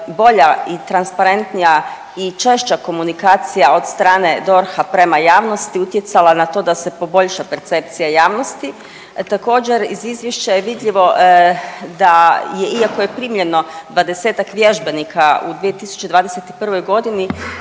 bolja i transparentnija i češća komunikacija od strane DORH-a prema javnosti utjecala na to da se poboljša percepcija javnosti. Također iz izvješća je vidljivo da je iako je primljeno 20-ak vježbenika u 2021. godini